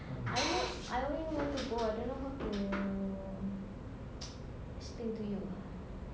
I only I only know how to go I don't know how to explain to you